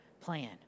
plan